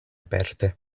aperte